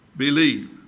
Believe